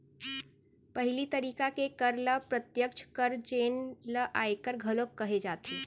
पहिली तरिका के कर ल प्रत्यक्छ कर जेन ल आयकर घलोक कहे जाथे